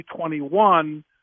2021